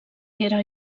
era